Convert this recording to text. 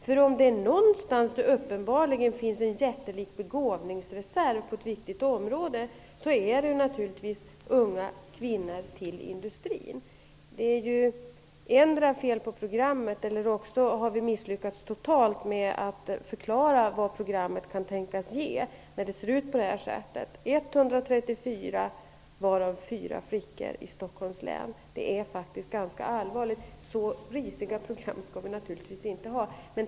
Unga kvinnor utgör uppenbarligen en jättelik begåvningsreserv för industrin. Antingen är det fel på programmet, eller så har vi misslyckats totalt med att förklara vad programmet kan tänkas ge. 134 elever, varav 4 flickor, kan tänka sig att gå industriprogrammet i Stockholms län. Det är faktiskt ganska allvarligt. Så risiga program skall vi naturligtvis inte ha.